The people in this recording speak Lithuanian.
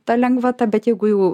ta lengvata bet jeigu jau